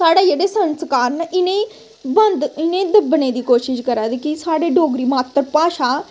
साढ़े जेह्ड़े संस्कार न इ'नें गी बंद इ'नें गी दब्बने दी कोशश करा दे डोगरी साढ़ी मात्तर भाशा ऐ